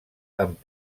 amb